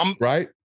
right